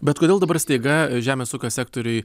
bet kodėl dabar staiga žemės ūkio sektoriui